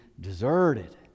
deserted